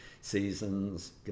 seasons